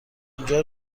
اونجا